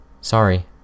Sorry